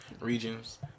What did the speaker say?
regions